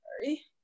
Sorry